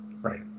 Right